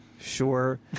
sure